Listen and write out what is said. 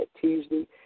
Tuesday